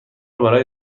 برای